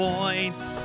Points